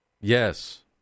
Yes